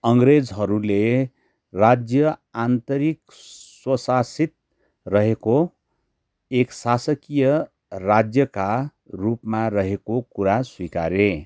अङ्ग्रेजहरूले राज्य आन्तरिक स्वशासित रहेको एक शासकीय राज्यका रूपमा रहेको कुरा स्वीकारे